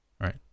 Right